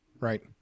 Right